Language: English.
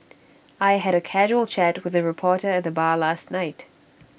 I had A casual chat with A reporter at the bar last night